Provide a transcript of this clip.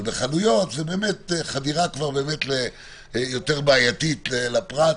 אבל בחנויות זה כבר חדירה יותר בעייתית לפרט,